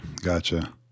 gotcha